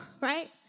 right